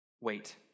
wait